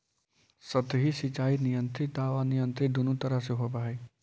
सतही सिंचाई नियंत्रित आउ अनियंत्रित दुनों तरह से होवऽ हइ